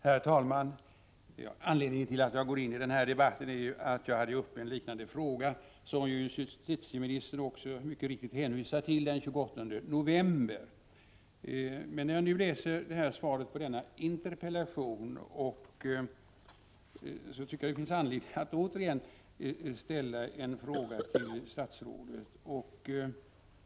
Herr talman! Anledningen till att jag går in i den här debatten är att jag hade uppe en liknande fråga, som justitieministern mycket riktigt hänvisar till, den 28 november. När jag nu läser svaret på denna interpellation tycker jag att det finns anledning att återigen ställa en fråga till statsrådet.